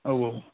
औ औ